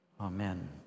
amen